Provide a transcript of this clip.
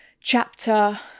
chapter